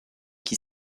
qui